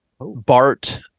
bart